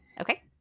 Okay